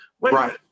right